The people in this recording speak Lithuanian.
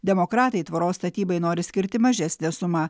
demokratai tvoros statybai nori skirti mažesnę sumą